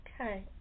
okay